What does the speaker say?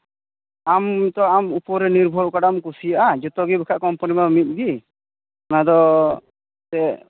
ᱟᱢ ᱱᱤᱛᱳᱜ ᱟᱢ ᱩᱯᱚᱨᱮ ᱱᱤᱨᱵᱷᱚᱨ ᱚᱠᱟᱴᱟᱜ ᱮᱢ ᱠᱩᱥᱤᱭᱟᱜᱼᱟ ᱡᱚᱛᱚ ᱜᱮ ᱵᱟᱠᱷᱟᱡ ᱠᱳᱢᱯᱟᱱᱤ ᱢᱟ ᱢᱤᱫ ᱜᱮ ᱚᱱᱟ ᱫᱚ ᱪᱮᱫ